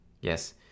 Yes